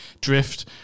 drift